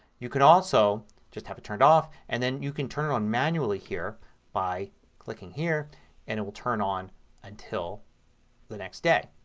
you can also just have it turned off and then you can turn it on manually here by clicking here and it will turn on until the next day.